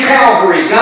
Calvary